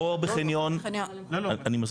אני מסביר.